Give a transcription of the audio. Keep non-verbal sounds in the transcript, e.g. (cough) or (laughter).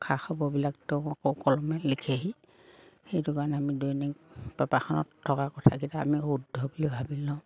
খা খাবৰবিলাকতো (unintelligible) লিখেহি সেইটো কাৰণে আমি দৈনিক পেপাৰখনত থকা কথাকেইটা আমি শুদ্ধ বুলি ভাবি লওঁ